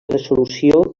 resolució